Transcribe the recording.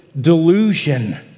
Delusion